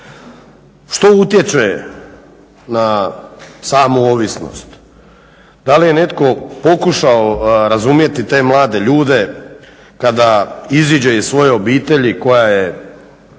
Što utječe na samu ovisnost? Da li je netko pokušao razumjeti te mlade ljude kada iziđe iz svoje obitelji koja je